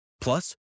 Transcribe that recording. Plus